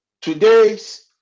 today's